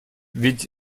ведь